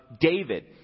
David